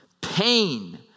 Pain